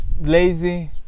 Lazy